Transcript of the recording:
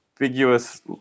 ambiguous